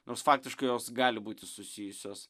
nors faktiškai jos gali būti susijusios